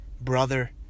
brother